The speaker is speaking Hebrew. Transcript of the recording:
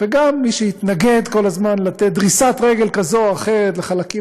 וגם מי שהתנגד כל הזמן לתת דריסת רגל כזאת או אחרת לחלקים